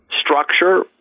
structure